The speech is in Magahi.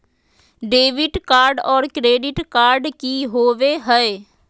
डेबिट कार्ड और क्रेडिट कार्ड की होवे हय?